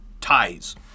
ties